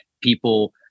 people